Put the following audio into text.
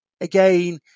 again